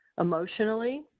emotionally